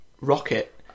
rocket